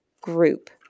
group